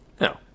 No